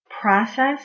process